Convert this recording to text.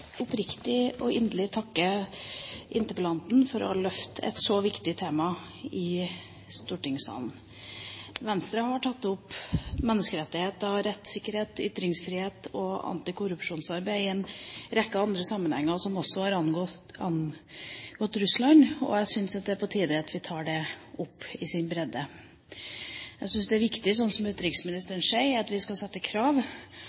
oppriktig og inderlig takke interpellanten for å løfte et så viktig tema i stortingssalen. Venstre har tatt opp menneskerettigheter, rettssikkerhet, ytringsfrihet og antikorrupsjonsarbeid i en rekke andre sammenhenger som også har angått Russland, og jeg syns det er på tide at vi tar det opp i sin bredde. Jeg syns det er viktig, som utenriksministeren sier, at vi skal sette krav,